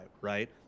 right